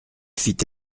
fit